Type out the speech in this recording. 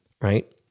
right